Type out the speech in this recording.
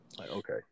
Okay